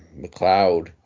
McLeod